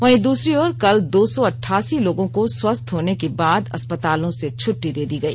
वहीं दूसरी ओर कल दो सौ अड्डासी लोगों को स्वस्थ होने के बाद अस्पतालों से छुट्टी दे दी गई